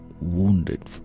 wounded